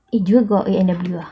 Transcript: eh jewel got A&W ah